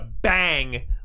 bang